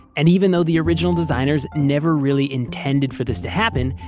and even though the original designers never really intended for this to happen,